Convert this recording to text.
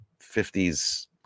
50s